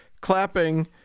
clapping